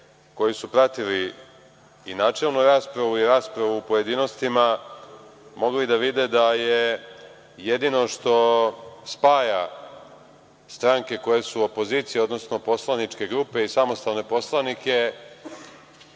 koji su pratili i načelnu raspravu i raspravu u pojedinostima mogli da vide da je jedino što spaja stranke koje su opozicija, odnosno poslaničke grupe i samostalne poslanike,